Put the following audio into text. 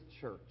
church